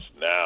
now